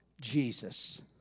Jesus